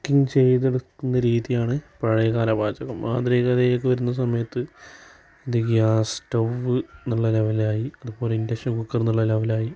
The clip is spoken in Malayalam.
കുക്കിങ്ങ് ചെയ്തെടുക്കുന്ന രീതിയാണ് പഴയകാല പാചകം ആധുനികതയൊക്കെ വരുന്ന സമയത്ത് ഇത് ഗ്യാസ് സ്റ്റവ്വ് എന്നുള്ള ലെവൽ ആയി അതുപോലെ ഇൻഡക്ഷൻ കുക്കർ എന്നുള്ള ലെവൽ ആയി